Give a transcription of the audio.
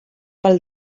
pel